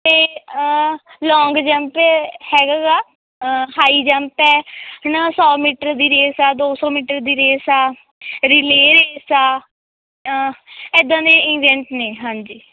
ਅਤੇ long jump ਹੈਗਾ ਗਾ ਹਾਈ ਜੰਪ ਹੈ ਹੈ ਨਾ ਸੌ ਮੀਟਰ ਦੀ ਰੇਸ ਆ ਦੋ ਸੌ ਮੀਟਰ ਦੀ ਰੇਸ ਆ ਰਿਲੇਅ ਰੇਸ ਆ ਇੱਦਾਂ ਦੇ ਇਵੈਂਟਸ ਨੇ ਹਾਂਜੀ